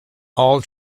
all